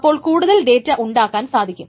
അപ്പോൾ കൂടുതൽ ഡേറ്റ ഉണ്ടാക്കാൻ സാധിക്കും